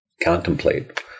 contemplate